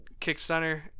KickStunner